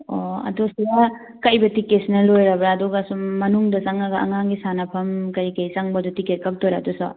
ꯑꯣ ꯑꯗꯨ ꯁꯤꯗ ꯀꯛꯏꯕ ꯇꯤꯛꯀꯦꯠꯁꯤꯅ ꯂꯣꯏꯔꯕ ꯑꯗꯨꯒ ꯁꯨꯝ ꯃꯅꯨꯡꯗ ꯆꯪꯉꯒ ꯑꯉꯥꯡꯒꯤ ꯁꯥꯥꯟꯅꯐꯝ ꯀꯩ ꯀꯩ ꯆꯪꯕꯗꯣ ꯇꯤꯛꯀꯦꯠ ꯀꯛꯇꯣꯏꯔꯥ ꯑꯗꯨꯁꯨ